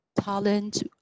Talent